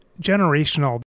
Generational